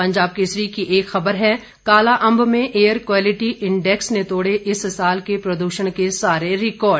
पंजाब केसरी की एक खबर है कालाअंब में एयर कवालिटी इंडैक्स ने तोड़े इस साल के प्रदूषण के सारे रिकॉर्ड